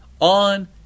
On